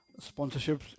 sponsorships